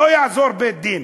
לא יעזור בית-דין,